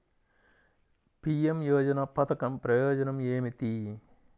PM యోజన పధకం ప్రయోజనం ఏమితి?